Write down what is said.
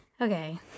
Okay